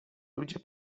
ludzie